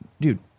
dude